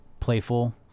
playful